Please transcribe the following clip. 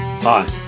Hi